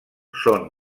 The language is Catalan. són